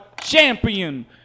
champion